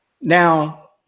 now